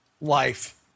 life